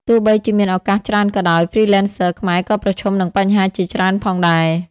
ទោះបីជាមានឱកាសច្រើនក៏ដោយ Freelancers ខ្មែរក៏ប្រឈមនឹងបញ្ហាជាច្រើនផងដែរ។